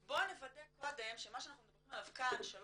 בוא נוודא קודם שמה שאנחנו מדברים עליו כאן שלוש